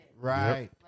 Right